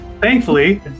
Thankfully